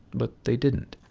but they didn't.